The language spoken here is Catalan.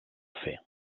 fer